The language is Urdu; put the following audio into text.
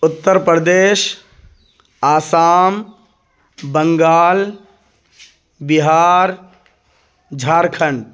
اتّر پردیش آسام بنگال بہار جھارکھنڈ